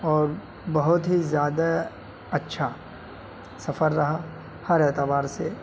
اور بہت ہی زیادہ اچھا سفر رہا ہر اعتبار سے